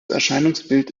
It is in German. erscheinungsbild